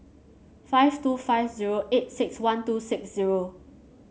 five two five zero eight six one two six zero